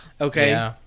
Okay